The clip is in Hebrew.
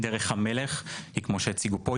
דרך המלך היא כמו שהציגו פה,